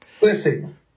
Listen